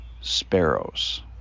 sparrows